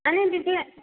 आनी कितें